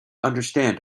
understand